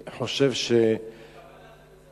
חושב, בכוונה זה בזדון.